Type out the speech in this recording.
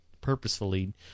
purposefully